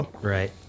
Right